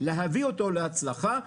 להביא אותו להצלחה,